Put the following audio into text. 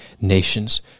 nations